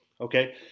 Okay